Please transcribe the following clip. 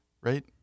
right